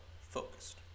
focused